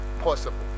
possible